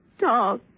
talk